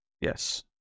yes